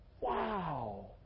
wow